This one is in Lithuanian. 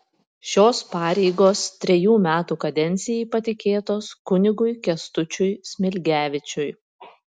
šios pareigos trejų metų kadencijai patikėtos kunigui kęstučiui smilgevičiui